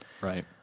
right